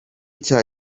cya